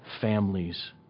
families